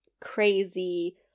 crazy